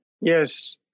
yes